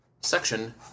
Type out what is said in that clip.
Section